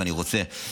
אני רוצה.